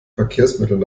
verkehrsmitteln